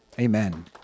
Amen